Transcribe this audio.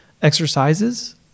exercises